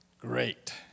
great